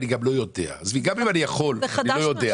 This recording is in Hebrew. גם אם אני יכול, אני לא יודע איך.